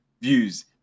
views